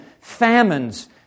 famines